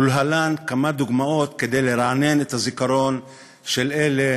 ולהלן כמה דוגמאות כדי לרענן את הזיכרון של אלה